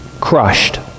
crushed